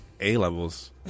A-levels